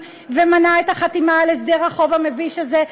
ומנע את החתימה על הסדר החוב המביש הזה,